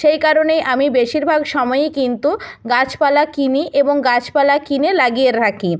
সেই কারণেই আমি বেশিরভাগ সময়েই কিন্তু গাছপালা কিনি এবং গাছপালা কিনে লাগিয়ে রাখি